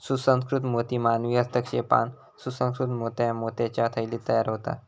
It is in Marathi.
सुसंस्कृत मोती मानवी हस्तक्षेपान सुसंकृत मोत्या मोत्याच्या थैलीत तयार होता